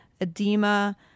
edema